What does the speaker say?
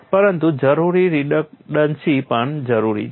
પરંતુ જરૂરી રીડન્ડન્સી પણ જરૂરી છે